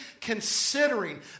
considering